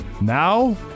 Now